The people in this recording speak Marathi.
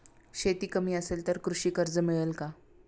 शेती कमी असेल तर कृषी कर्ज मिळेल का?